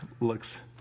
looks